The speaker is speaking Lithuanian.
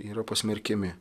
yra pasmerkiami